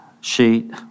sheet